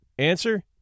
Answer